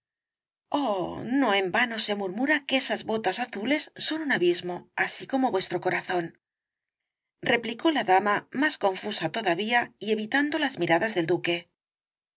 oh no en vano se murmura que esas botas azules son un abismo así como vuestro corazón replicó la dama más confusa todavía y evitando las miradas del duque